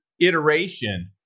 iteration